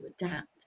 adapt